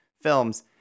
films